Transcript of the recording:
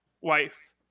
wife